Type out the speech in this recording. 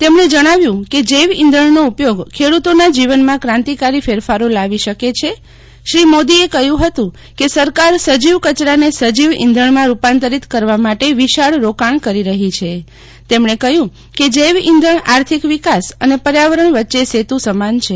તેમણે જજ્ઞાવ્યું કે જૈવ ઇંધણનો ઉપયોગ ખેડૂતોના જીવનમાં ક્રાંતિકારી ફેરફારો લાવી શકે છે શ્રી મોદીએ કહ્યું હતું કે સરકાર સજીવ કચરાને સજીવ ઇંધણમાં રૂપાંતરિત કરવા માટે વિશાળ રોકાણ કરી રહી છે તેમણે કહ્યું કે જૈવ ઇંધણ આર્થિક વિકાસ અને પર્યાવરણ વચ્ચે સેતુ સમાન છે